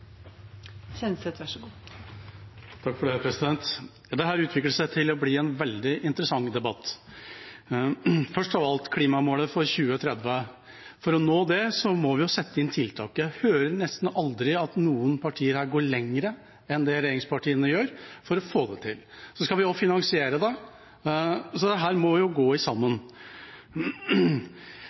å bli en veldig interessant debatt. Først av alt, når det gjelder klimamålet for 2030: For å nå det må vi sette inn tiltak. Jeg hører nesten aldri at noen partier her går lenger enn det regjeringspartiene gjør for å få det til. Vi skal også finansiere det, så dette må gå sammen. Hvis vi starter med representanten Hallelands innlegg når det